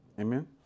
Amen